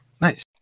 Nice